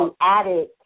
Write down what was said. added